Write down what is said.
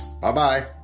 bye-bye